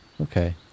Okay